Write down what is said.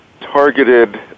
targeted